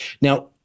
Now